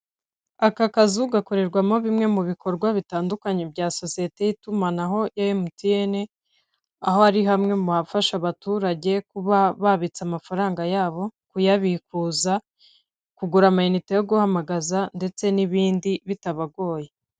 Aka kazu gakorerwamo bimwe mu bikorwa bitandukanye bya sosiyete y'itumanaho MTN, aho ari hamwe mu hafasha abaturage kuba babitse amafaranga yabo, kuyabikuza, kugura amayinite yo guhamagaza ndetse n'ibindi bitabagoye.